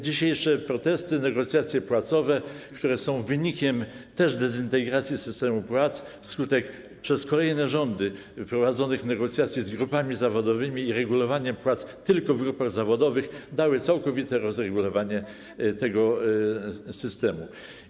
Dzisiejsze protesty, negocjacje płacowe, które są wynikiem też dezintegracji systemu płac wskutek prowadzonych przez kolejne rządy negocjacji z grupami zawodowymi i regulowania płac tylko w grupach zawodowych, dały całkowite rozregulowanie tego systemu.